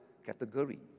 category